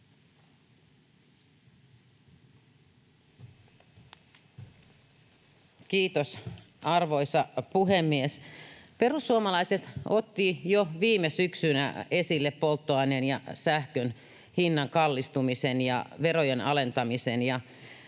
Kiitos, arvoisa puhemies! Perussuomalaiset ottivat jo viime syksynä esille polttoaineen ja sähkön hinnan kallistumisen ja verojen alentamisen, ja